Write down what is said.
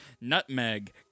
nutmeg